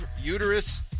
Uterus